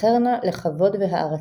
תיזכרנה לכבוד והערצה!